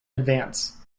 advance